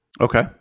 Okay